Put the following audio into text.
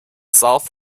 south